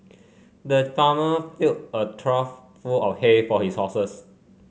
the farmer filled a trough full of hay for his horses